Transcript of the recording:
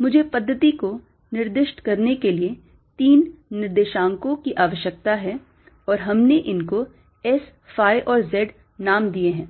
मुझे पद्धति को निर्दिष्ट करने के लिए तीन निर्देशांको की आवश्यकता है और हमने इनको S phi और Z नाम दिए है